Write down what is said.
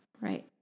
right